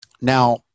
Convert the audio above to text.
Now